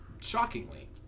shockingly